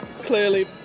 clearly